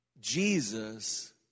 Jesus